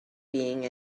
being